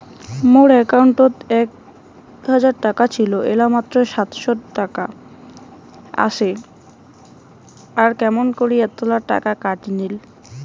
মোর একাউন্টত এক হাজার টাকা ছিল এলা মাত্র সাতশত টাকা আসে আর কেমন করি এতলা টাকা কাটি নিল?